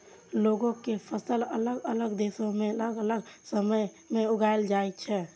लौंग के फसल अलग अलग देश मे अलग अलग समय मे उगाएल जाइ छै